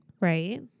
Right